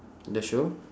the shoe